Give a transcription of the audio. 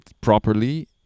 properly